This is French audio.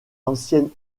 anciennes